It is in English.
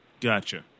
Gotcha